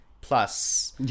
plus